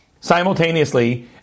simultaneously